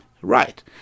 right